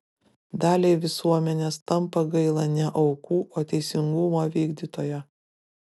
daliai visuomenės tampa gaila ne aukų o teisingumo vykdytojo